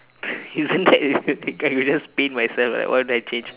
isn't that with that the guy who just paint myself right why would I change